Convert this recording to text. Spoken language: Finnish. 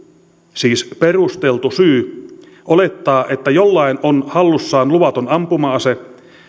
siis perusteltu syy olettaa että jollain on hallussaan luvaton ampuma ase